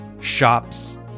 shops